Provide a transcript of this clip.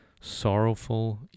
sorrowful